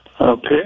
Okay